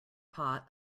pot